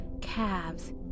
calves